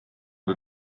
kui